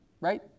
Right